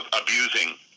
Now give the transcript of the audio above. abusing